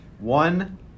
One